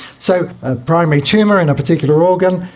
so a primary tumour in a particular organ,